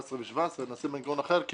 2017,2018 נעשה מנגנון אחר אם